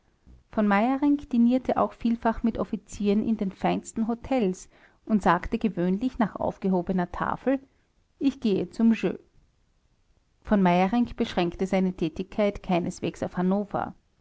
v meyerinck dinierte auch vielfach mit offizieren in den feinsten hotels und sagte gewöhnlich nach aufgehobener tafel ich gehe zum jeu v meyerinck beschränkte seine tätigkeit keineswegs auf hannover